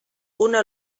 una